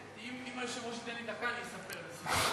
אם היושב-ראש ייתן לי דקה אני אספר את הסיפור הזה.